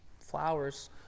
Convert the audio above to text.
flowers